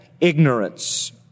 Ignorance